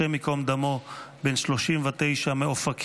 השם ייקום דמו, בן 39 מאופקים,